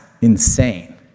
insane